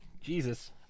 Jesus